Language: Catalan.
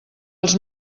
els